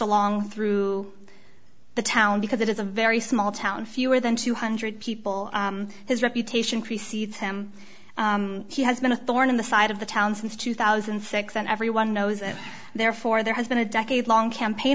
along through the town because it is a very small town fewer than two hundred people his reputation precedes him he has been a thorn in the side of the town since two thousand and six and everyone knows and therefore there has been a decade long campaign